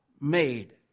made